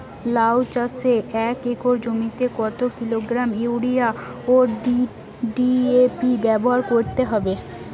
লাউ চাষে এক একর জমিতে কত কিলোগ্রাম ইউরিয়া ও ডি.এ.পি ব্যবহার করতে হবে?